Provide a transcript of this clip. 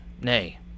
nay